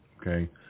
okay